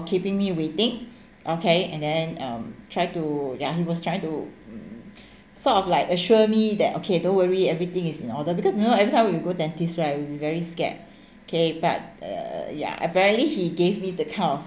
keeping me waiting okay and then um try to ya he was trying to mm sort of like assure me that okay don't worry everything is in order because you know every time when we go dentist right we be very scared okay but uh yeah apparently he gave me the kind of